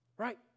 right